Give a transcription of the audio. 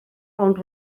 ond